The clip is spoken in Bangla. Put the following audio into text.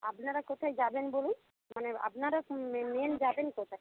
আপনারা কোথায় যাবেন বলুন মানে আপনারা মেন যাবেন কোথায়